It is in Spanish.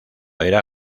era